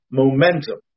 momentum